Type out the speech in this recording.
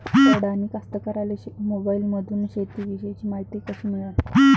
अडानी कास्तकाराइले मोबाईलमंदून शेती इषयीची मायती कशी मिळन?